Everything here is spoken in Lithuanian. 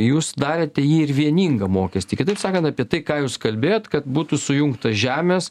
jūs darėte jį ir vieningą mokestį kitaip sakant apie tai ką jūs kalbėjot kad būtų sujungta žemės